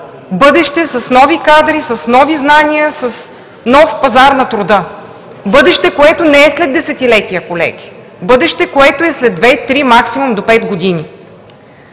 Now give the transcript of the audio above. бъдеще с нови кадри, с нови знания, с нов пазар на труда, бъдеще, което не е след десетилетия, колеги, бъдеще, което е след две, три, максимум до пет години.